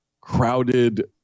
crowded